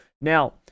now